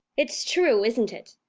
it's true, isn't it?